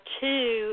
two